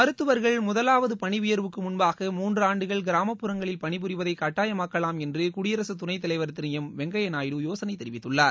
மருத்துவர்கள் முதலாவது பணி உயர்வுக்கு முன்பாக முன்றாண்டுகள் கிராமப் புரங்களில் பணிபுரிவதை கட்டாயமாக்கலாம் என்று குடியரகத் துணைத் தலைவா் திரு எம் வெங்கையா நாயுடு யோசனை தெரிவித்துள்ளார்